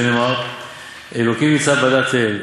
שנאמר 'אלהים נצב בעדת אל'.